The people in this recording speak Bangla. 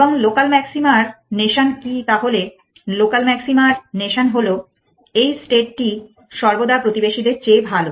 এবং লোকাল ম্যাক্সিমার নোশান কি তাহলে লোকাল ম্যাক্সিমার নোশান হল এই স্টেটটি সর্বদা প্রতিবেশীদের চেয়ে ভাল